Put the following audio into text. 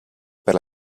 per